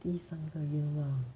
第三个愿望